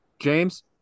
James